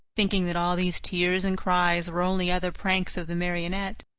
thinking that all these tears and cries were only other pranks of the marionette,